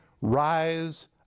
rise